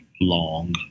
long